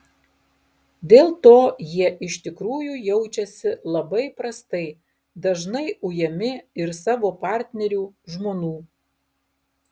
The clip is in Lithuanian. dėl to jie iš tikrųjų jaučiasi labai prastai dažnai ujami ir savo partnerių žmonų